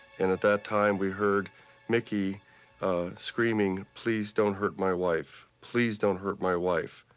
and at that time we heard mickey screaming, please don't hurt my wife. please don't hurt my wife.